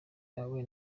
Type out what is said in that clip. yawe